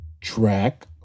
Track